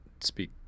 speak